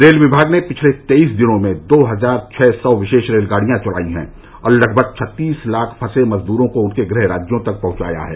rail विभाग ने पिछले तेईस दिनों में दो हजार छह सौ विशेष रेलगाडियां चलाई हैं और लगभग छत्तीस लाख फंसे हुए मजदूरों को उनके गृह राज्यों तक पहुंचाया है